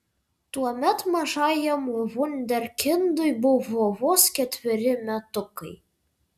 tuomet mažajam vunderkindui buvo vos ketveri metukai